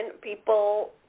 people